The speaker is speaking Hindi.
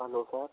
हैलो कौन